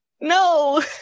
no